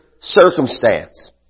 circumstance